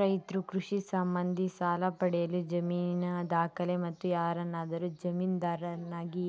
ರೈತ್ರು ಕೃಷಿ ಸಂಬಂಧಿ ಸಾಲ ಪಡೆಯಲು ಜಮೀನಿನ ದಾಖಲೆ, ಮತ್ತು ಯಾರನ್ನಾದರೂ ಜಾಮೀನುದಾರರನ್ನಾಗಿ